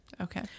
Okay